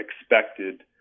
expected